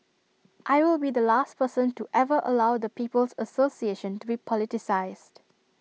I will be the last person to ever allow the people's association to be politicised